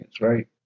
right